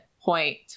point